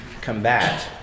combat